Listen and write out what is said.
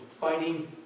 fighting